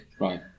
Right